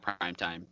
primetime